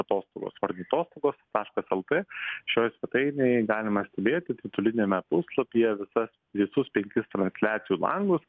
atostogos ornitostogos taškas lt šioj svetainėj galima stebėti tituliniame puslapyje visas visus penkis transliacijų langus